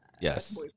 Yes